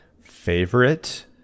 favorite